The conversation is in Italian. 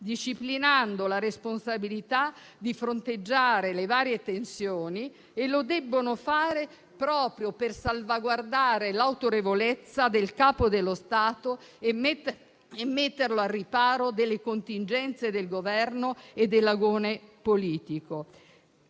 disciplinando la responsabilità di fronteggiare le varie tensioni. E lo si deve fare proprio per salvaguardare l'autorevolezza del Capo dello Stato e metterlo al riparo dalle contingenze del Governo e dell'agone politico.